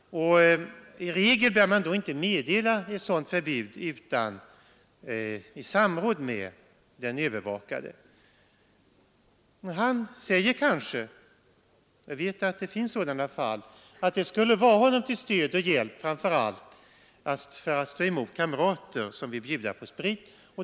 I regel bör man då inte meddela ett sådant förbud annat än i samråd med den övervakade. Han säger kanske — jag vet att det finns sådana fall — att det skulle vara honom till stöd och hjälp, framför allt när det gäller att stå emot kamrater som vill bjuda på sprit.